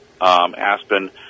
Aspen